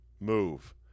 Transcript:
move